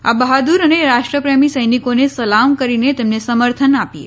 આ બહાદૃર અને રાષ્ટ્રપ્રેમિ સૈનિકોને સલામ કરીને તેમને સમર્થન આપીએ